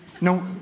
no